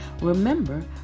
Remember